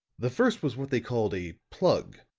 the first was what they called a plug,